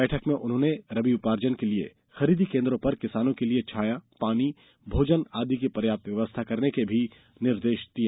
बैठक में उन्होंने रबी उपार्जन के लिये खरीदी केन्द्रों पर किसानों के लिये छाया पानी भोजन आदि की पर्याप्त व्यवस्था करने के भी निर्देष दिए